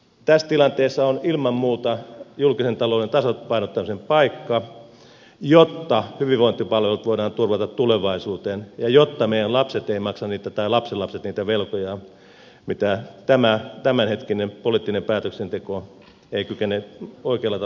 tässä tilanteessa on ilman muuta julkisen talouden tasapainottamisen paikka jotta hyvinvointipalvelut voidaan turvata tulevaisuuteen ja jotta meidän lapset tai lapsenlapset eivät maksa niitä velkoja mitä tämänhetkinen poliittinen päätöksenteko ei kykene oikealla tavalla ratkaisemaan